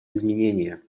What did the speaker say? изменения